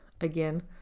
again